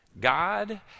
God